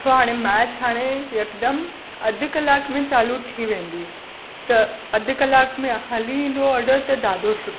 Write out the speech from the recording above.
छो हाणे मैच हाणे यकदमि अधि कलाक में चालू थी वेंदी त अधि कलाक में हली ईंदो ऑडर त ॾाढो सुठो